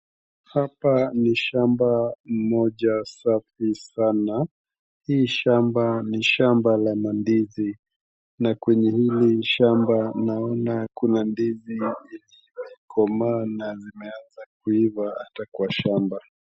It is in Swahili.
Hapa ni shamba moja safi sana. Hii shamba ni shamba la mandizi, na kwenye lile shamba naona kuna ndizi zimekomaa na zimeanza kuiva ata kwa shamba.